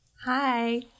Hi